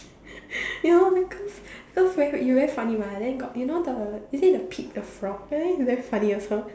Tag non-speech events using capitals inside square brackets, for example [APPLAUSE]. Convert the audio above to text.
[LAUGHS] no because cause very you very funny mah then got you know the is it the Pepe the frog then you very funny also